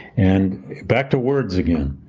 and back to words again,